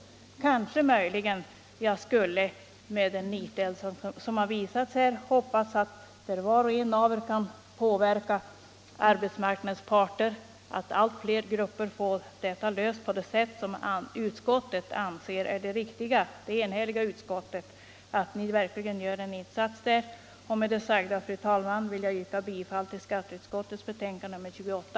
Med hänsyn till den nitälskan som visats här kan jag bara hoppas att var och en av er gör en insats för att påverka arbetsmarknadens parter, så att alltfler grupper får denna fråga löst på det sätt som det enhälliga utskottet anser är det riktiga. Med det anförda ber jag, fru talman, att få yrka bifall till skatteutskottets hemställan i betänkandet nr 28.